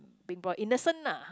being brought up innocent lah